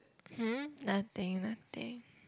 nothing nothing